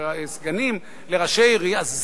סגנים לראשי עירייה,